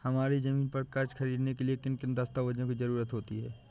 हमारी ज़मीन पर कर्ज ख़रीदने के लिए किन किन दस्तावेजों की जरूरत होती है?